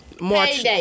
March